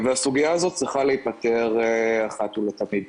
הסוגיה הזאת צריכה להיפתר אחת ולתמיד.